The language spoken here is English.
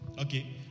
Okay